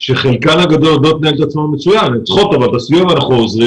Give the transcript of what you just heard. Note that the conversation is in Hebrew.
שחלקן הגדול יודעות לנהל את עצמן מצוין אבל הן צריכות את הסיוע הנכון.